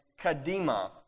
Kadima